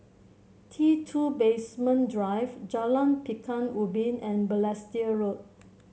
T two Basement Drive Jalan Pekan Ubin and Balestier Road